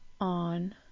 on